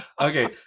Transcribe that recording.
okay